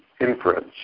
inference